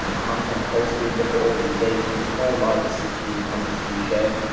um content posted, look at all the engagement for like sixteen comments, three shares.